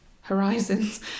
horizons